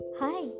hi